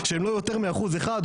״שהם לא יותר מאחוז אחד״,